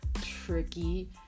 tricky